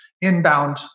inbound